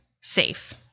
safe